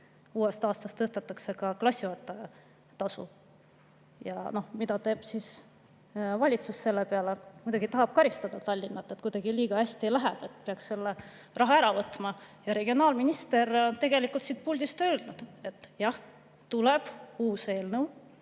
Uuest aastast tõstetakse ka klassijuhataja tasu. Ja mida teeb valitsus selle peale? Muidugi tahab [valitsus] karistada Tallinna, et kuidagi liiga hästi läheb [neil], peaks selle raha ära võtma. Regionaalminister tegelikult on siit puldist öelnud, et jah, tuleb uus eelnõu,